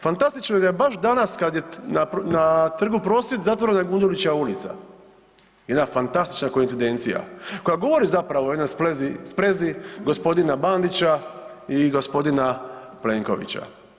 Fantastično je da je baš danas kad je na trgu prosvjed zatvorena je Gundulićeva ulica, jedna fantastična koincidencija koja govori zapravo o jednoj sprezi gospodina Bandića i gospodina Plenkovića.